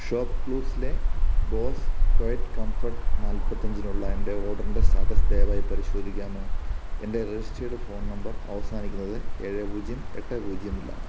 shop ക്ലൂസിലെ Bose quiet comfort നാൽപ്പത്തഞ്ചിനുള്ള എൻ്റെ ഓർഡറിൻ്റെ സ്റ്റാറ്റസ് ദയവായി പരിശോധിക്കാമോ എൻ്റെ രജിസ്റ്റേർഡ് ഫോൺ നമ്പർ അവസാനിക്കുന്നത് ഏഴ് പൂജ്യം എട്ട് പൂജ്യത്തിലാണ്